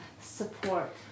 support